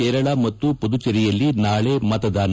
ಕೇರಳ ಮತ್ತು ಪುದುಚೇರಿಯಲ್ಲಿ ನಾಳೆ ಮತದಾನ